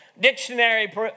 dictionary